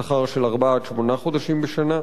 שכר של ארבעה עד שמונה חודשים בשנה,